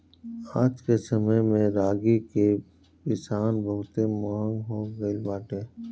आजके समय में रागी के पिसान बहुते महंग हो गइल बाटे